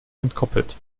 entkoppelt